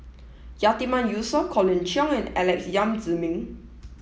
Yatiman Yusof Colin Cheong and Alex Yam Ziming